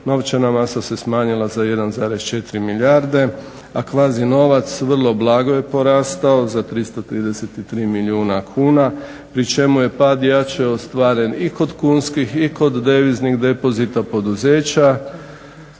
Novčana masa se smanjila za 1,4 milijarde, a kvazi novac vrlo blago je porastao 333 milijuna kuna pri čemu je pad jače ostvaren i kod kunskih i kod deviznih depozita poduzeća,